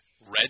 red